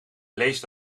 leest